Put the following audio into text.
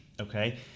okay